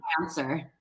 answer